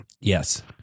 Yes